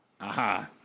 Aha